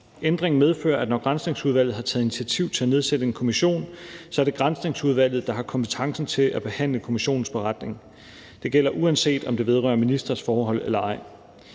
Ændringen medfører, at når Granskningsudvalget har taget initiativ til at nedsætte en kommission, er det Granskningsudvalget, der har kompetencen til at behandle kommissionens beretning. Det gælder, uanset om det vedrører ministres forhold eller ej.